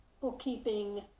bookkeeping